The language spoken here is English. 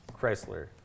Chrysler